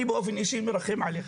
אני באופן אישי מרחם עליך.